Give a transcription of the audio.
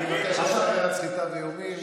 אני מבקש לא לדבר על סחיטה באיומים.